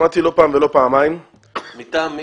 מטעם מי?